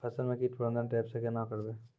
फसल म कीट प्रबंधन ट्रेप से केना करबै?